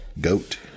Goat